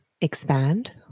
expand